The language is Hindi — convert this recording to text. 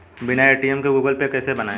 बिना ए.टी.एम के गूगल पे कैसे बनायें?